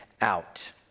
out